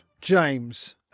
James